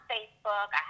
Facebook